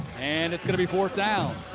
and it's going to be fourth down.